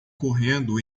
correndo